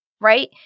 Right